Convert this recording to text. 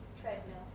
Treadmill